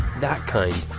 that kind.